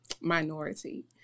minority